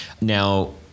Now